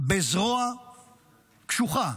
בזרוע קשוחה,